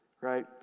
right